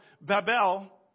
Babel